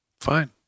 Fine